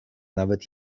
nawet